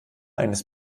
eines